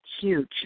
huge